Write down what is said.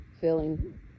feeling